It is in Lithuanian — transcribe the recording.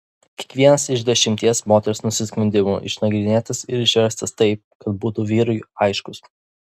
kiekvienas iš dešimties moters nusiskundimų išnagrinėtas ir išverstas taip kad būtų vyrui aiškus